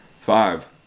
Five